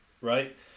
right